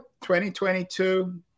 2022